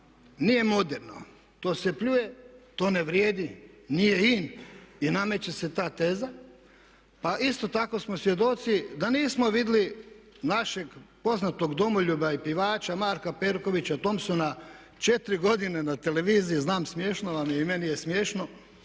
nije moderno, to se pljuje, to ne vrijedi, nije in i nameće se ta teza. Pa isto tako smo svjedoci da nismo vidjeli našeg poznatog domoljuba i pjevača Marka Perkovića Thompsona 4 godine na televiziji, znam smiješno vam je, i meni je smiješno,